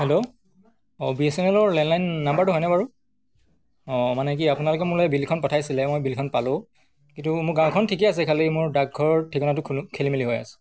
hello অঁ B S N এলৰ লেণ্ডলাইন নাম্বাৰটো হয়নে বাৰু অঁ মানে কি আপোনালোকে মোলৈ বিলখন পঠাইছিলে মই বিলখন পালোঁ কিন্তু মোৰ গাঁওখন ঠিকে আছে খালী মোৰ ডাকঘৰ ঠিকনাটো খল খেলিমেলি হৈ আছে